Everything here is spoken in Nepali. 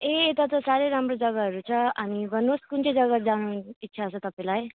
ए यता त साह्रै राम्रो जग्गाहरू छ हामी भन्नुहोस् कुन चाहिँ जग्गा जानु इच्छा छ तपाईँलाई